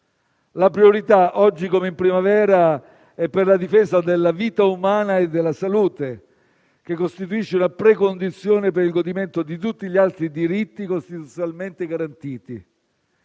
la priorità, oggi come in primavera, è per la difesa della vita umana e della salute, che costituisce la precondizione per il godimento di tutti gli altri diritti costituzionalmente garantiti.